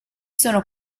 sono